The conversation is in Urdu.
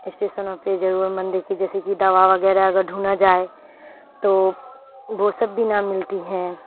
اسٹیسنوں پہ ضرورت مندی کی جیسے کہ دوا وغیرہ اگر ڈھونڈا جائے تو وہ سب بھی نہ ملتی ہیں